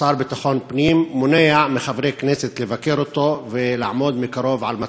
השר לביטחון פנים מונע מחברי כנסת לבקר אותו ולעמוד מקרוב על מצבו.